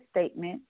statement